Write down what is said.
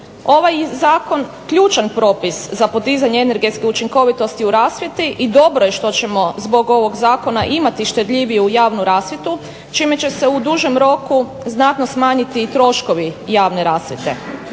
ovaj je zakon ključan propis za podizanje energetske učinkovitosti u rasvjeti i dobro je što ćemo zbog ovog zakona imati štedljiviju javnu rasvjetu čime će se u dužem roku znatno smanjiti i troškovi javne rasvjete.